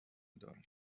دارند